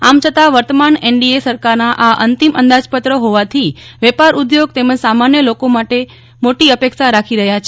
આમ છતાં વર્તમાન એનડીએ સરકારના આ અંતિમ અંદાજપત્ર હોવાથી વેપાર ઉદ્યોગ તેમજ સામાન્ય લોકો મોટી અપેક્ષા રાખી રહ્યા છે